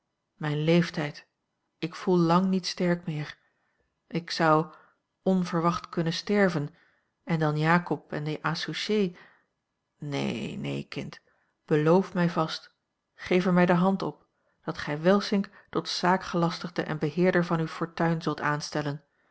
mijn leeftijd ik voel lang niet sterk meer ik zou onverwacht kunnen sterven en dan jacob en de associé neen neen kind beloof mij vast geef er mij de hand op dat gij welsink tot zaakgelastigde en beheerder van uwe fortuin zult aanstellen